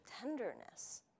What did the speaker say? tenderness